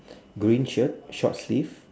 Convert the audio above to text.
green shirt short sleeve